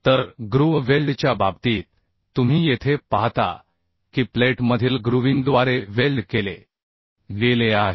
तर ग्रूव्ह वेल्डच्या बाबतीत तुम्ही येथे पाहता की प्लेटमधील ग्रूव्हिंगद्वारे वेल्ड केले गेले आहे